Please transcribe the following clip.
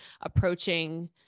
approaching